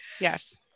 Yes